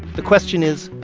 the question is,